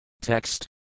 Text